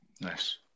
Nice